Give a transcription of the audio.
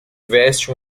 veste